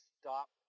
stop